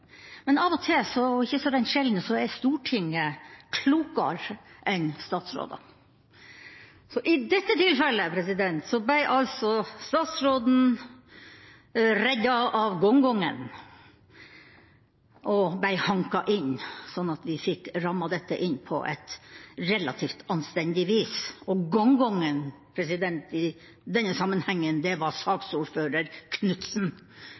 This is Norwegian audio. men av og til, og ikke så rent sjelden, er Stortinget klokere enn statsråder. Så i dette tilfellet ble statsråden reddet av gongongen og ble hanket inn, sånn at vi fikk rammet dette inn på et relativt anstendig vis, og gongongen i denne sammenheng var saksordfører Knutsen – jeg bare minner om det